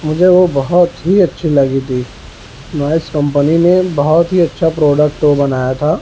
مجھے وہ بہت ہی اچھی لگی تھی نوائس کمپنی نے بہت ہی اچھا پروڈکٹ وہ بنایا تھا